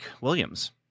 williams